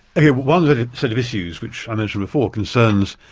yeah one set of issues which i mentioned before, concerns